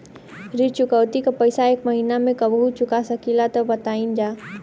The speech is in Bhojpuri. ऋण चुकौती के पैसा एक महिना मे कबहू चुका सकीला जा बताईन जा?